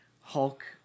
Hulk